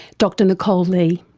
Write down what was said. dr nicole lee.